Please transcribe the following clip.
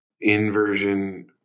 inversion